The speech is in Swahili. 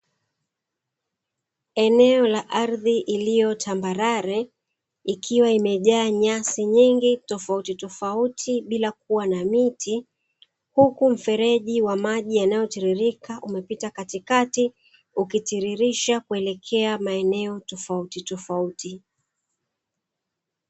Eneo la ardhi iliyotambarare ikiwa limejaa nyasi nyingi tofauti tofauti bila kuwa na miti, huku mfereji wa maji yanayotiririka umepita katikati ukitiririsha kuelekea maeneo tofauti tofauti.